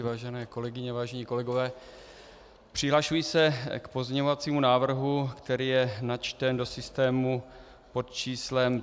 Vážené kolegyně, vážení kolegové, přihlašuji se k pozměňovacímu návrhu, který je načten do systému pod číslem 1397.